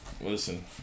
Listen